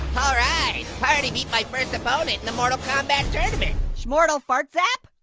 alright, i already beat my first opponent in the mortal komabat tournament. smortal fartzap?